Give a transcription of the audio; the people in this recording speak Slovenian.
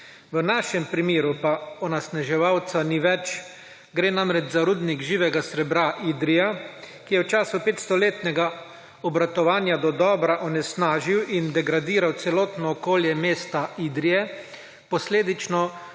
V našem primeru pa onesnaževalca ni več, gre namreč za Rudnik živega sreba Idrija, ki je v času petstoletnega obratovanja dodobra onesnažil in degradiral celotno okolje mesta Idrije, posledično